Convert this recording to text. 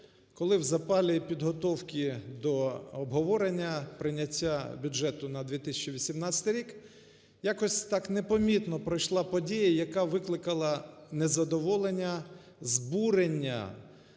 коли в запалі підготовки до обговорення прийняття Бюджету на 2018 рік якось так непомітно пройшла подія, яка викликала незадоволення, збурення